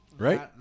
Right